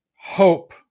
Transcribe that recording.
hope